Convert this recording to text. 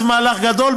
זה מהלך גדול,